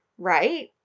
right